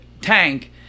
tank